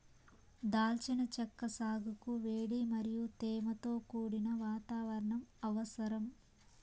దాల్చిన చెక్క సాగుకు వేడి మరియు తేమతో కూడిన వాతావరణం అవసరం